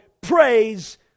Praise